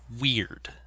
weird